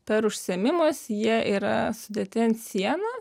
per užsiėmimus jie yra sudėti ant sienos